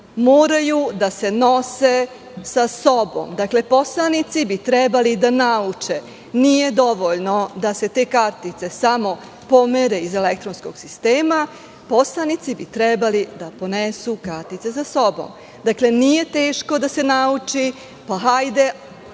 moraju da se nose sa sobom. Poslanici bi trebalo da nauče, nije dovoljno da se te kartice samo pomere iz elektronskog sistema. Poslanici bi trebalo da ponesu kartice sa sobom. Nije teško da se nauči, pa hajde,